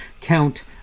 count